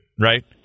right